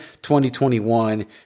2021